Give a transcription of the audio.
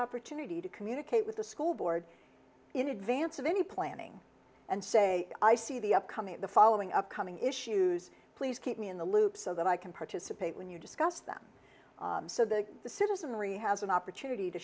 opportunity to communicate with the school board in advance of any planning and say i see the upcoming the following upcoming issues please keep me in the loop so that i can participate when you discuss them so that the citizenry has an opportunity to